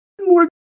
more